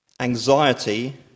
anxiety